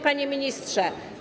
Panie Ministrze!